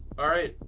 alright.